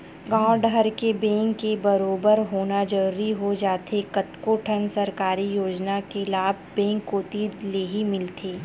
गॉंव डहर के बेंक के बरोबर होना जरूरी हो जाथे कतको ठन सरकारी योजना के लाभ बेंक कोती लेही मिलथे